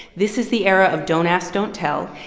this is the era of don't ask, don't tell.